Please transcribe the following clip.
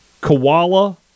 Koala